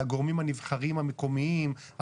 על הגורמים הנבחרים המקומיים.